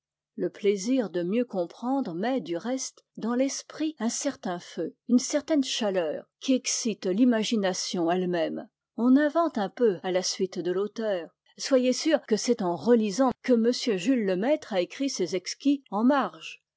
le plaisir de mieux comprendre met du reste dans l'esprit un certain feu une certaine chaleur qui excite l'imagination elle-même on invente un peu à la suite de l'auteur soyez sûr que c'est en relisant que m jules lemaître a écrit ses exquis en marge